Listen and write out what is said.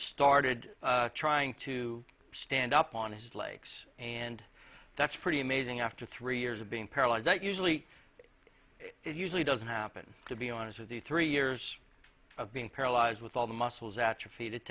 started trying to stand up on his legs and that's pretty amazing after three years of being paralyzed that usually it usually doesn't happen to be honest with you three years of being paralyzed with all the muscles atroph